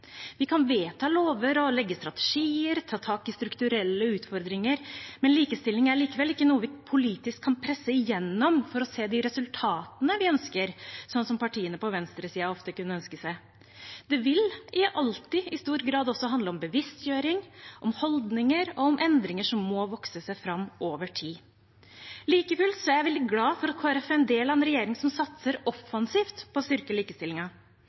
Vi kan vedta lover, legge strategier og ta tak i strukturelle utfordringer. Likestilling er likevel ikke noe vi politisk kan presse igjennom for å se de resultatene vi ønsker, sånn partiene på venstresiden ofte kunne ønske seg. Det vil alltid i stor grad handle om bevisstgjøring, om holdninger, og om endringer som må vokse seg fram over tid. Like fullt er jeg veldig glad for at Kristelig Folkeparti er en del av en regjering som satser offensivt på å styrke